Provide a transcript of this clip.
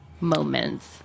moments